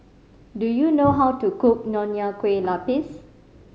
do you know how to cook Nonya Kueh Lapis